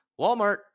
Walmart